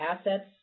assets